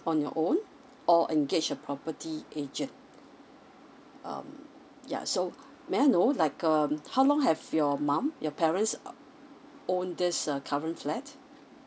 on your own or engage a property agent um ya so may I know like um how long have your mum your parents own this uh current flat